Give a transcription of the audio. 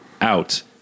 out